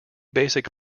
basic